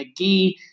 McGee